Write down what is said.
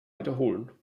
wiederholen